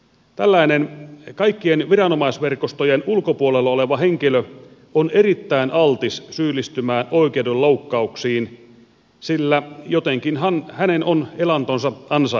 tällainen kaikkien viranomaisverkostojen ulkopuolella oleva henkilö on erittäin altis syyllistymään oikeuden loukkauksiin sillä jotenkinhan hänen on elantonsa ansaittava